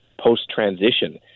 post-transition